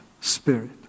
spirit